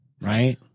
right